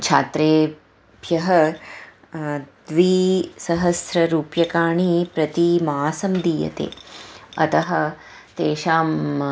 छात्रेभ्यः द्विसहस्ररूप्यकाणि प्रति मासं दीयते अतः तेषाम्